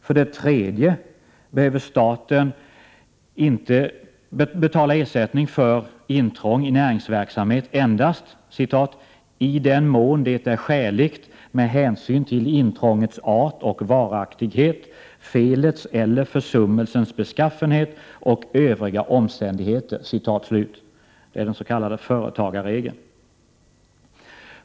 För det tredje behöver staten betala ersättning för intrång i näringsverksamhet endast ”i den mån det är skäligt med hänsyn till intrångets art och varaktighet, felets eller försummelsens beskaffenhet och övriga omständigheter”. Det är den s.k. företagarregeln.